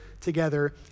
together